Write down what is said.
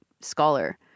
scholar